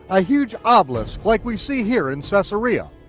a huge obelisk like we see here in so caesarea.